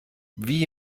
wie